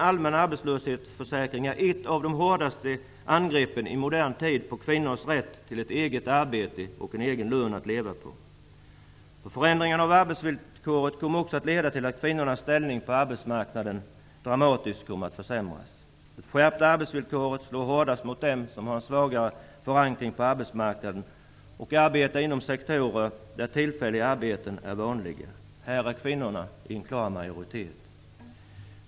arbetslöshetsförsäkring är ett av de hårdaste angreppen i modern tid på kvinnors rätt till ett eget arbete och en egen lön att leva på. Förändringen av arbetsvillkoret kommer också att leda till att kvinnornas ställning på arbetsmarknaden dramatiskt kommer att försämras. Det skärpta arbetsvillkoret slår hårdast mot dem som har en svagare förankring på arbetsmarknaden och arbetar inom sektorer där tillfälliga arbeten är vanliga. Här är kvinnorna i en klar majoritet.